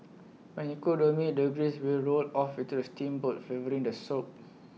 when you cook the meats the grease will roll off into A steamboat flavouring the soup